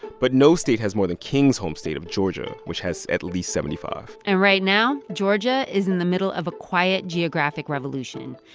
but no state has more than king's home state of georgia, which has at least seventy five point and right now, georgia is in the middle of a quiet geographic revolution.